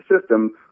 system